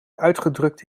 uitgedrukt